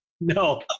No